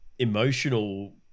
Emotional